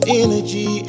energy